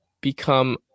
become